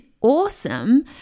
awesome